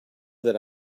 that